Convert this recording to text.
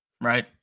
right